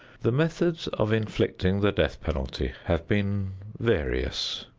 the methods of inflicting the death penalty have been various,